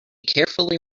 carefully